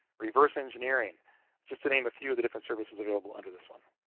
reverse engineering just to name a few of the different services available under this one.